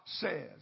says